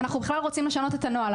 אנחנו בכלל רוצים לשנות את הנוהל,